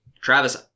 Travis